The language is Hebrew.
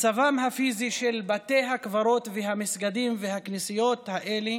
מצבם הפיזי של בתי הקברות והמסגדים והכנסיות האלה